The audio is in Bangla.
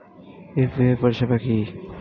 ইউ.পি.আই পরিষেবা কি?